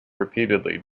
repeatedly